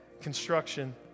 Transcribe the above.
construction